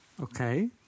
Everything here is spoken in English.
Okay